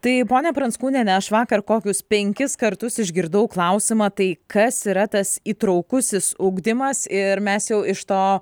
tai ponia pranckūniene aš vakar kokius penkis kartus išgirdau klausimą tai kas yra tas įtraukusis ugdymas ir mes jau iš to